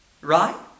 Right